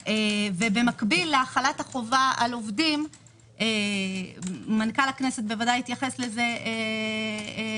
ובמקביל להחלת החובה על עובדים - מנכ"ל הכנסת ודאי יתייחס לזה מייד